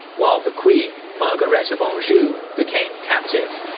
while the queen, margaret of anjou, became captive.